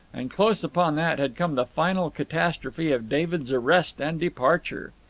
and close upon that had come the final catastrophe of david's arrest and departure.